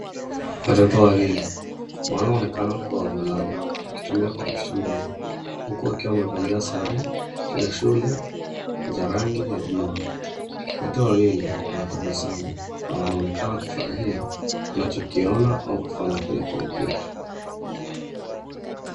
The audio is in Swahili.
Watoto wawili wanaoonekana kuwa wavulana, wakitumia kompyuta ndogo. Huku wakiwa wamevalia sare za shule za rangi ya buluu. Wote wawili wanatabasamu na wanaonekana kufurahia wanachokiona au kufanya kwenye kompyuta.